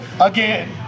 again